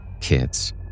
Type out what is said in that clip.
Kids